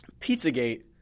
Pizzagate